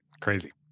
crazy